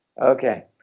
Okay